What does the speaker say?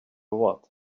what